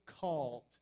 called